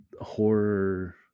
horror